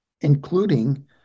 including